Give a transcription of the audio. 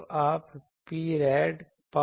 तो आप Prad पा सकते हैं